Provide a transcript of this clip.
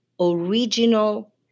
original